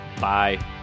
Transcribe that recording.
Bye